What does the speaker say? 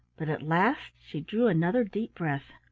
but at last she drew another deep breath.